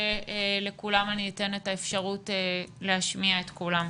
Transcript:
שלכולם אני אתן את האפשרות להשמיע את קולם.